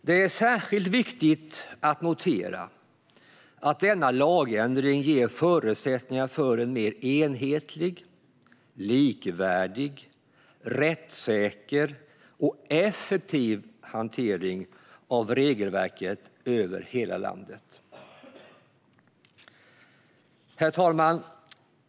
Det är särskilt viktigt att notera att denna lagändring ger förutsättningar för en mer enhetlig, likvärdig, rättssäker och effektiv hantering av regelverket över hela landet. Herr talman!